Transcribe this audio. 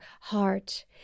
heart